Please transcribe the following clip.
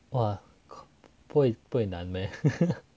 哇不会难 meh